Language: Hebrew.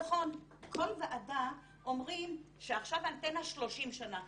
נכון, כל ועדה אומרים שעכשיו האנטנה 30 שנה.